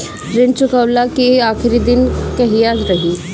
ऋण चुकव्ला के आखिरी दिन कहिया रही?